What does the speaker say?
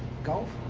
gulf?